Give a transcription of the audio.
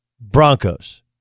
Broncos